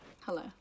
hello